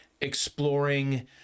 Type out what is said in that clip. exploring